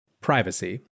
Privacy